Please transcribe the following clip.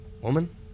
Woman